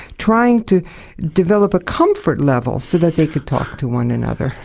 trying to develop a comfort level so that they can talk to one another.